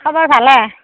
খবৰ ভালে